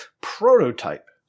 Prototype